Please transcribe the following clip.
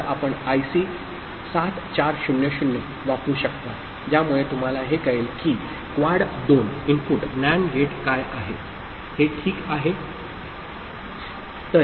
तर आपण आयसी 7400 वापरू शकता ज्यामुळे तुम्हाला हे कळेल की क्वाड २ इनपुट NAND गेट काय आहे हे ठीक आहे